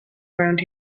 around